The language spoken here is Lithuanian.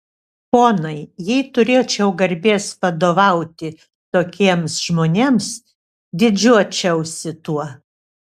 ponai jei turėčiau garbės vadovauti tokiems žmonėms didžiuočiausi tuo